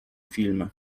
filmy